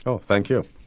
so thank you.